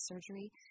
surgery